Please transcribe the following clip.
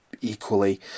equally